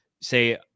say